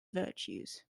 virtues